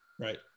Right